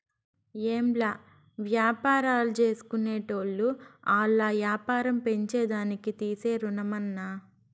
ఏంలా, వ్యాపారాల్జేసుకునేటోళ్లు ఆల్ల యాపారం పెంచేదానికి తీసే రుణమన్నా